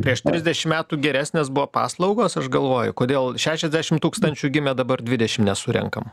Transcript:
prieš trisdešim metų geresnės buvo paslaugos aš galvoju kodėl šešiasdešim tūkstančių gimė dabar dvidešim nesurenkam